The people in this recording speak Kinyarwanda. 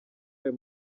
ayo